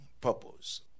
purpose